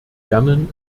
lernen